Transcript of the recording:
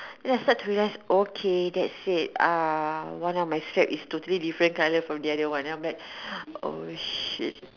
then I start to realize okay that's it uh one of my strap is totally different colour from the other one then I'm like oh shit